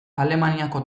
alemaniako